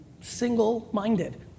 single-minded